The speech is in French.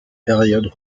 périodes